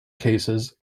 cases